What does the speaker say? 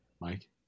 Mike